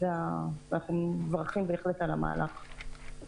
אנחנו בהחלט מברכים על המהלך.